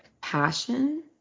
passion